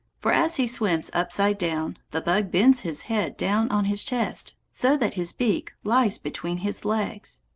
for as he swims upside-down, the bug bends his head down on his chest, so that his beak lies between his legs.